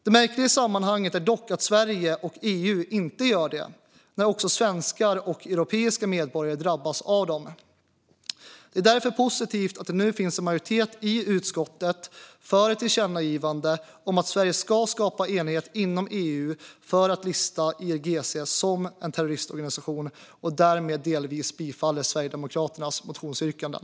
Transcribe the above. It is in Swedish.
Det märkliga i sammanhanget är att Sverige och EU inte gör det när också svenska och europeiska medborgare drabbas. Det är därför positivt att det nu finns en majoritet i utskottet för ett tillkännagivande om att Sverige ska skapa enighet inom EU för att lista IRGC som en terroristorganisation. Därmed tillstyrks delvis Sverigedemokraternas motionsyrkanden.